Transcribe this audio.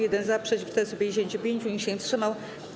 1 - za, przeciw - 455, nikt się nie wstrzymał.